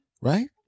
right